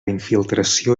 infiltració